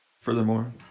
Furthermore